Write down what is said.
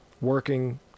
working